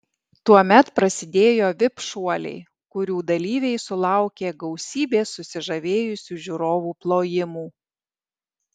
tuomet prasidėjo vip šuoliai kurių dalyviai sulaukė gausybės susižavėjusių žiūrovų plojimų